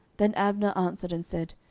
then abner answered and said,